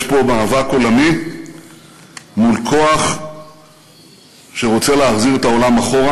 יש פה מאבק עולמי מול כוח שרוצה להחזיר את העולם אחורה.